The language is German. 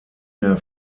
mehr